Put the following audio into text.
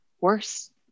worse